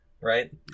right